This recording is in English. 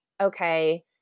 okay